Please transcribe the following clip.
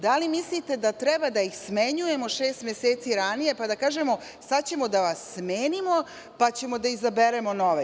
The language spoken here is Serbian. Da li mislite da treba da ih smenjujemo šest meseci ranije, pa da kažemo – sada ćemo da vas smenimo, pa ćemo da izaberemo nove.